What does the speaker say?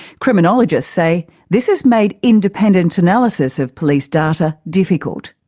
criminologists say this has made independent analysis of police data difficult.